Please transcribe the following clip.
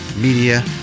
Media